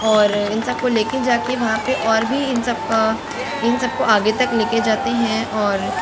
और इन सब को लेके जाके वहाँ पे और भी इन सबका इन सबको आगे तक लेके जाते हैं और